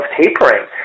tapering